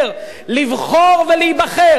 לבחור ולהיבחר,